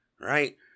right